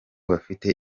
bafite